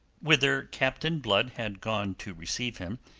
whither captain blood had gone to receive him,